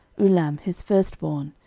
ulam his firstborn,